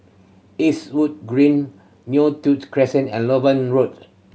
Eastwood Green Neo Tiew Crescent and Loewen Road